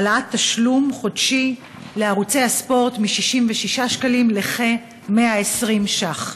העלאת תשלום חודשי לערוצי הספורט מ-66 שקלים לכ-120 ש"ח.